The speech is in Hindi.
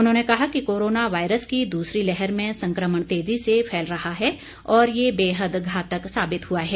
उन्होंने कहा कि कोरोना वायरस की दूसरी लहर में संक्रमण तेजी से फैल रहा है और यह बेहद घातक साबित हुआ है